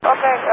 Okay